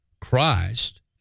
Christ